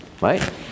right